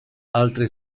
altre